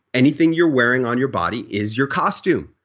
anything you're wearing on your body is your costume.